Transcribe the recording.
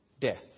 death